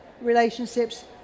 relationships